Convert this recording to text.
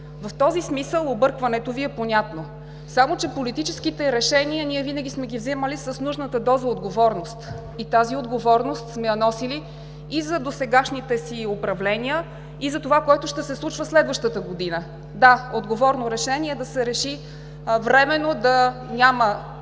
В този смисъл объркването Ви е понятно. Само че политическите решения винаги сме ги взимали с нужната доза отговорност, а тази отговорност сме я носили и за досегашните си управления, и за това, което ще се случва следващата година. Да, отговорно решение е да се реши временно да няма